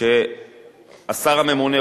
שהשר הממונה,